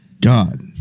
God